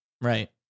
Right